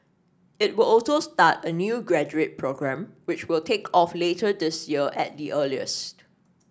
it will also start a new graduate programme which will take off later this year at the earliest